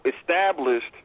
established –